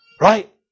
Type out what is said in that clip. Right